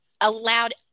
allowed